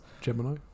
Gemini